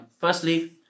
Firstly